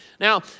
Now